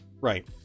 Right